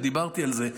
ודיברתי על זה.